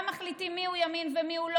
וגם מחליטים מיהו יהודי ומיהו לא,